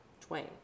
twain